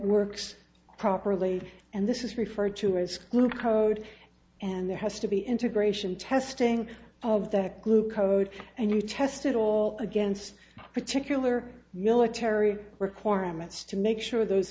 works properly and this is referred to as group code and there has to be integration testing of that glue code and you test it all against particular military requirements to make sure those